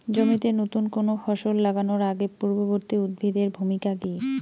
জমিতে নুতন কোনো ফসল লাগানোর আগে পূর্ববর্তী উদ্ভিদ এর ভূমিকা কি?